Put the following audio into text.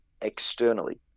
externally